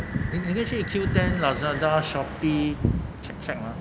你明天去 Q_O_O ten Lazada Shopee check check mah